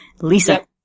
Lisa